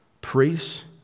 priests